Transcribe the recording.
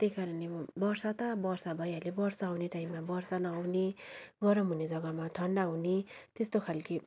त्यही कारणले वर्षा त वर्षा भइहाल्यो वर्षा आउने टाइममा र्षा नहुने गरम हुने जग्गामा ठन्डा हुने त्यस्तो खालको